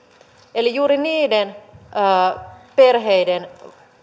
eli juuri niiden perheiden